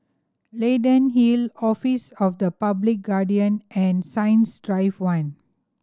Leyden Hill Office of the Public Guardian and Science Drive One